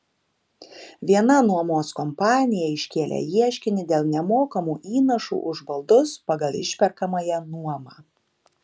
viena nuomos kompanija iškėlė ieškinį dėl nemokamų įnašų už baldus pagal išperkamąją nuomą